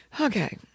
Okay